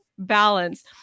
balance